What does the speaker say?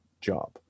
job